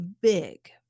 big